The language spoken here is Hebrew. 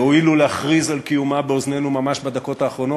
שהואילו להכריז על קיומה באוזנינו ממש בדקות האחרונות.